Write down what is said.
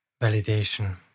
validation